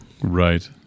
Right